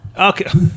Okay